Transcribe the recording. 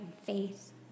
faith